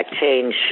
change